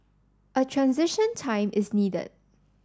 a transition time is needed